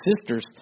sisters